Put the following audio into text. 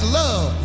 love